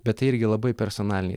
bet tai irgi labai personaliniai